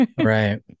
Right